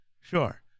sure